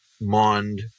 MOND